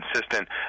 consistent